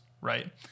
right